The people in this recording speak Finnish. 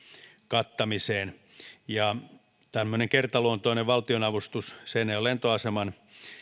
kattamiseen tämmöinen kertaluontoinen valtionavustus seinäjoen lentoaseman